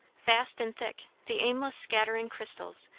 fast and thick the aimless scattering crystals,